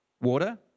Water